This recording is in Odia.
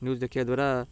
ନ୍ୟୁଜ୍ ଦେଖିବା ଦ୍ୱାରା